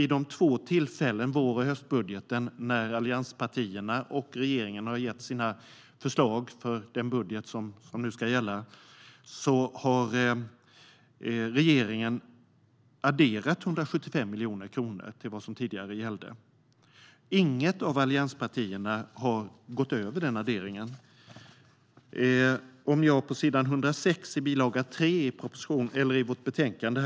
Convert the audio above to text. Vid de två tillfällen - vår och höstbudgeten - när allianspartierna och regeringen har gett sina förslag till den budget som nu ska gälla har regeringen adderat 175 miljoner kronor i förhållande till vad som tidigare gällde. Inget av allianspartierna har gått över den adderingen. Jag kan titta på s. 106, bil. 3, i betänkandet.